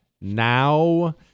now